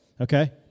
okay